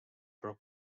poole